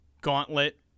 gauntlet